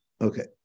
Okay